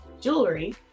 jewelry